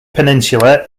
peninsula